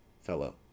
Fellow